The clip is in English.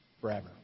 forever